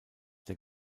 der